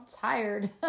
tired